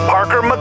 Parker